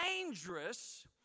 dangerous